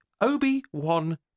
Obi-Wan